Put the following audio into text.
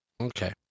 okay